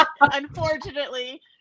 Unfortunately